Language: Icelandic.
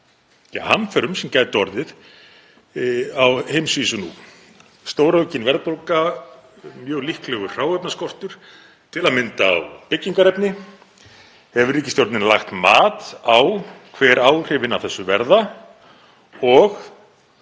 hamförum sem gætu orðið á heimsvísu nú; stóraukin verðbólga, mjög líklegur hráefnaskortur, til að mynda á byggingarefni? Hefur ríkisstjórnin lagt mat á hver áhrifin af þessu verða og